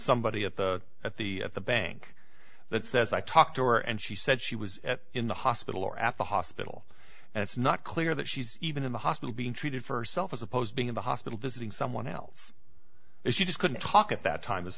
somebody at the at the at the bank that says i talked to her and she said she was in the hospital or at the hospital and it's not clear that she's even in the hospital being treated for herself as opposed to in the hospital visiting someone else and she just couldn't talk at that time